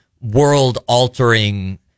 world-altering